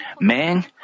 Man